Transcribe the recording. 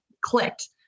clicked